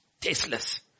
tasteless